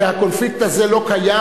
שהקונפליקט הזה לא קיים.